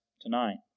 tonight